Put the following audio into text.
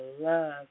love